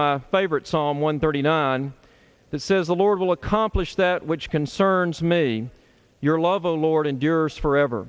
my favorite psalm one thirty nine it says the lord will accomplish that which concerns me your love the lord endures forever